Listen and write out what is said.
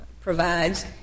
provides